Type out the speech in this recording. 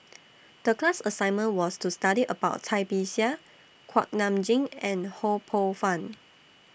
The class assignment was to study about Cai Bixia Kuak Nam Jin and Ho Poh Fun